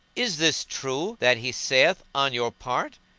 is this true that he saith on your part?